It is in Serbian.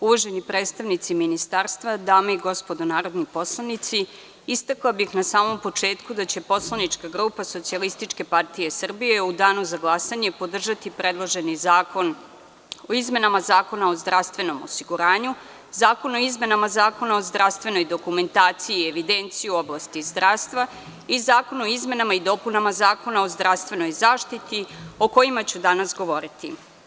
Uvaženi predstavnici Ministarstva, dame i gospodo narodni poslanici, istakla bih na samom početku da će poslanička grupa SPS u danu za glasanje podržati predloženi Zakon o izmenama Zakona o zdravstvenom osiguranju, Zakon o izmenama Zakona o zdravstvenoj dokumentaciji i evidenciju u oblasti zdravstva i Zakon o izmenama i dopunama Zakona o zdravstvenoj zaštiti, o čemu ću danas govoriti.